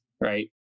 right